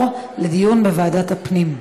אם כך, ההצעה תועבר לדיון בוועדת הפנים.